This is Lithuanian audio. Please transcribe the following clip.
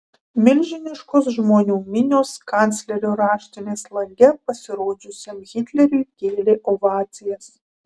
milžiniškos žmonių minios kanclerio raštinės lange pasirodžiusiam hitleriui kėlė ovacijas